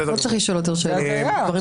זאת הזיה.